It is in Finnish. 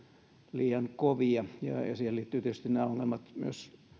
liian kovia ja ja siihen liittyvät tietysti myös